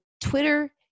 Twitter